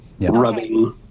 rubbing